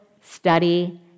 study